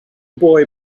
boy